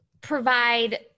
provide